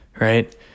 right